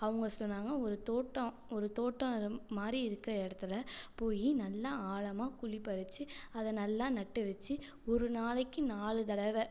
அவங்கள் சொன்னாங்கள் ஒரு தோட்டம் ஒரு தோட்டம் மாதிரி இருக்கற இடத்துல போயி நல்லா ஆழமாக குழி பறிச்சு அதை நல்லா நட்டு வச்சு ஒரு நாளைக்கு நாலு தடவை